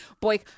boy